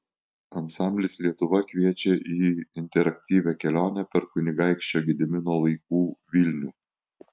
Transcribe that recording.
ansamblis lietuva kviečia į interaktyvią kelionę per kunigaikščio gedimino laikų vilnių